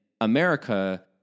America